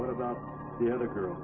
what about the other girl